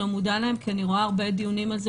לא מודע להם כי אני רואה הרבה דיונים על זה